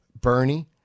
Bernie